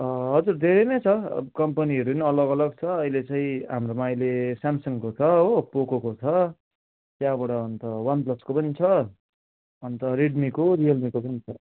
हजुर धेरै नै छ कम्पनीहरू नि अलग अलग छ अहिले चाहिँ हाम्रोमा अहिले स्यामसङको छ हो पोकोको छ त्यहाँबाट अन्त वान प्लसको पनि छ अन्त रेडमीको रियलमीको पनि छ